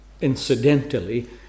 incidentally